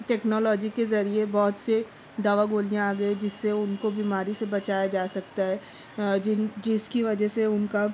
technology کے ذریعے بہت سے دوا گولیاں آ گئی ہیں جس سے ان کو بیماری سے بچایا جا سکتا ہے جن جس کی وجہ سے ان کا